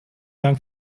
dank